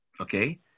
Okay